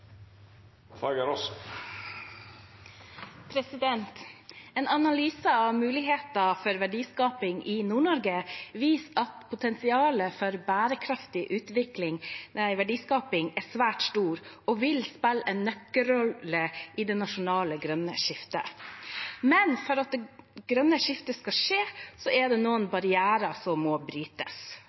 svært stor og vil spille en nøkkelrolle i det nasjonale grønne skiftet. Men for at det grønne skiftet skal skje, er det noen barrierer som må brytes.